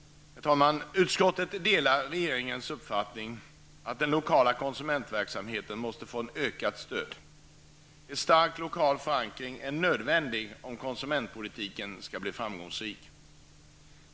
Utskottet delar regeringens uppfattning att den lokala konsumentverksamheten måste få ett ökat stöd. En stark lokal förankring är nödvändig, om konsumentpolitiken skall bli framgångsrik.